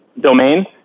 domain